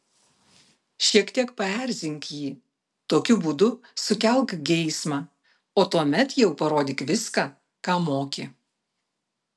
šiek tiek paerzink jį tokiu būdu sukelk geismą o tuomet jau parodyk viską ką moki